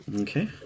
Okay